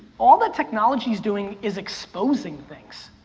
all that technology is doing is exposing things.